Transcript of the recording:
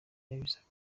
yabisabye